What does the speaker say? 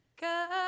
Go